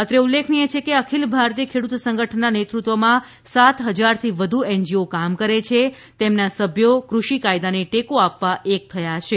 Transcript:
અત્રે ઉલ્લેખનીય છે કે અખિલ ભારતીય ખેડ઼ત સંગઠનના નેતૃત્વમાં સાત હજારથી વધુ એનજીઓ કામ કરે છે તેમના સભ્યો ક઼ષિ કાયદાને ટેકો આપવા એક થયા છે